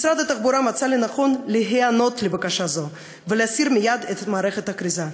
מצא משרד התחבורה לנכון להיענות לבקשה זו ולהסיר מייד את מערכות הכריזה,